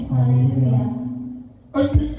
Hallelujah